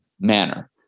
manner